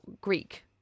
Greek